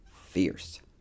fierce